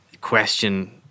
question